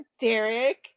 Derek